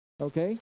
okay